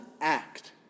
act